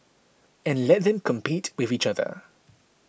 and let them compete with each other